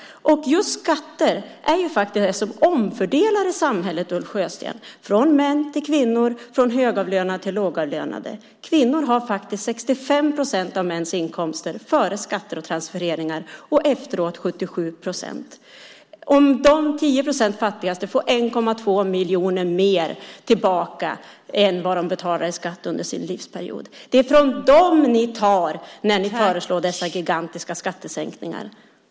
Just skatter är faktiskt det som omfördelar i samhället, Ulf Sjösten - från män till kvinnor, från högavlönade till lågavlönade. Kvinnor har 65 procent av mäns inkomster före skatter och transfereringar. Efteråt har de 77 procent. De 10 procent som är fattigast får 1,2 miljoner mer tillbaka än vad de betalar i skatt under sin livsperiod. Det är från dem ni tar när ni föreslår dessa gigantiska skattesänkningar.